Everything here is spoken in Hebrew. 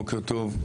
בוקר טוב.